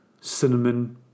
cinnamon